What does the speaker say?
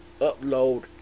upload